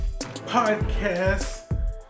podcast